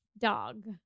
dog